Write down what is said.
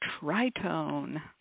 tritone